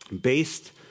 based